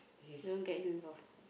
don't get involved